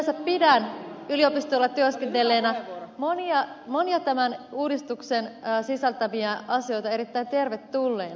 sinänsä pidän yliopistolla työskennelleenä monia tämän uudistuksen sisältämiä asioita erittäin tervetulleina